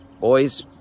Boys